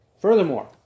Furthermore